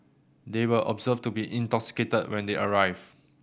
they were observed to be intoxicated when they arrived